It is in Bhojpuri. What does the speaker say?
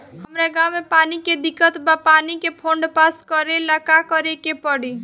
हमरा गॉव मे पानी के दिक्कत बा पानी के फोन्ड पास करेला का करे के पड़ी?